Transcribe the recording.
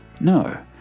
No